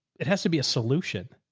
it has to be a solution.